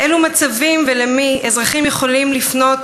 באילו מצבים, ולמי, אזרחים יכולים לפנות